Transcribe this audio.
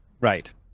Right